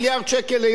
תעשו חשבון.